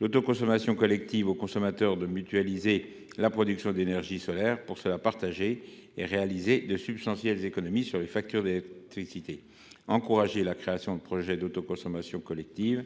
L’autoconsommation collective permet aux consommateurs de mutualiser la production d’énergie solaire pour se la partager et réaliser de substantielles économies sur les factures d’électricité. Il s’agit d’encourager la création de projets d’autoconsommation collective